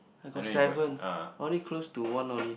I got seven only close to one only